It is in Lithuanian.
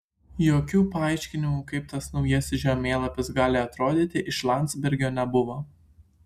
jokių paaiškinimų kaip tas naujasis žemėlapis gali atrodyti iš landsbergio nebuvo